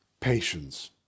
patience